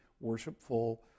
worshipful